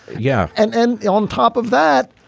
yeah. and and yeah on top of that,